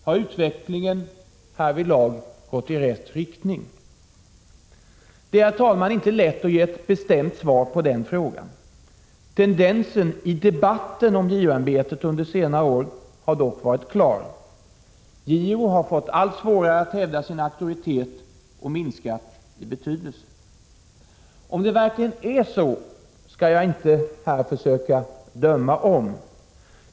Har utvecklingen härvidlag gått i rätt riktning? Herr talman! Det är inte lätt att ge ett bestämt svar på den frågan. Tendensen i debatten om JO-ämbetet under senare år ha dock varit klar: JO har fått allt svårare att hävda sin auktoritet och minskat i betydelse. Om det verkligen är så skall jag inte här försöka döma om.